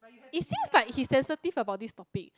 it seems like he's sensitive about this topic